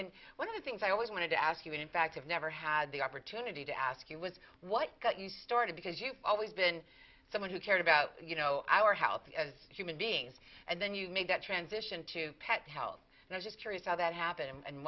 and one of the things i always wanted to ask you in fact i've never had the opportunity to ask you was what got you started because you've always been someone who cared about you know our health and human beings and then you made that transition to pet health and i'm just curious how that happened and